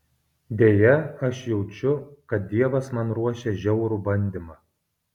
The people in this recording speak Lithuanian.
deja aš jaučiu kad dievas man ruošia žiaurų bandymą